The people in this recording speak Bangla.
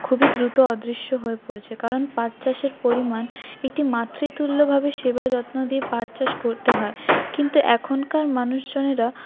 খুবই দ্রুত অদৃশ্য হয়ে পড়েছে কারণ পাটচাষের পরিমাণ এটি মাতৃতুল্যভাবে সেবা যত্ন দিয়ে পাটচাষ করতে হয় কিন্তু এখনকার মানুষজনেরা